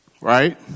Right